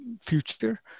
future